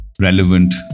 relevant